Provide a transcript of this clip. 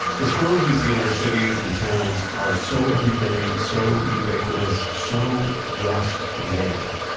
the squirrels we see in our cities and towns are so everyday, so ubiquitous, so just there,